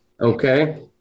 Okay